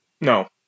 no